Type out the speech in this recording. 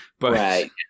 Right